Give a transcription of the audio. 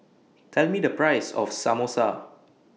Tell Me The Price of Samosa